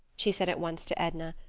she said at once to edna.